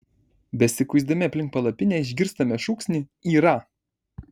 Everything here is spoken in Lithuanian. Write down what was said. besikuisdami aplink palapinę išgirstame šūksnį yra